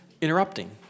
interrupting